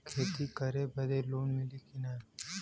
खेती करे बदे लोन मिली कि ना?